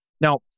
Now